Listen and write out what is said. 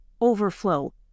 overflow